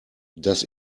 das